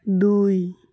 ଦୁଇ